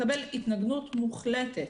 מקבל התנגדות מוחלטת,